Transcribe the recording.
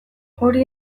hori